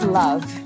love